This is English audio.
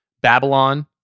Babylon